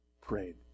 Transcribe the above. prayed